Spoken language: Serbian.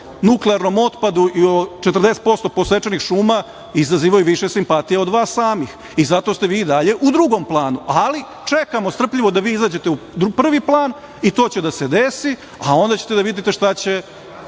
nuklearnom otpadu i o 40% posečenih šuma izazivaju više simpatija od vas samih i zato ste vi i dalje u drugom planu. Ali, čekamo strpljivo da vi izađete u prvi plan i to će da se desi, a onda ćete da vidite šta će